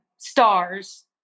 stars